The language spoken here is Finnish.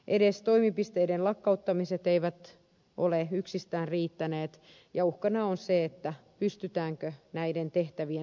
edes toimipisteiden lakkauttamiset eivät ole yksistään riittäneet ja uhkana on se pystytäänkö näiden tehtävien suorittamiseen täysipainoisesti